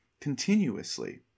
continuously